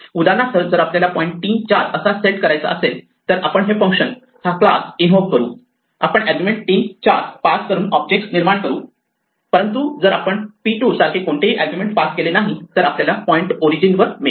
उदाहरणार्थ जर आपल्याला पॉईंट 3 4 असा सेट करायचा असेल तर आपण हे फंक्शन हा क्लास इन्व्होक करू आपण आर्ग्युमेंट 3 4 पास करून ऑब्जेक्ट निर्माण करू परंतु जर आपण p2 सारखे कोणतेही आर्ग्युमेंट पास केले नाही तर आपल्याला पॉईंट ओरिजिन वर मिळेल